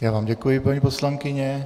Já vám děkuji, paní poslankyně.